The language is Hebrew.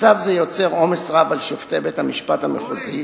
מצב זה יוצר עומס רב על שופטי בית-המשפט המחוזי,